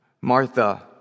Martha